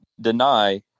deny